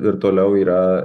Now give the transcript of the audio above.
ir toliau yra